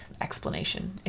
explanation